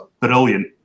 brilliant